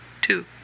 two